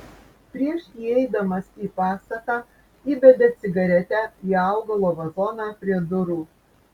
prieš įeidamas į pastatą įbedė cigaretę į augalo vazoną prie durų